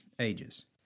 ages